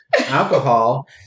Alcohol